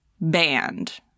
banned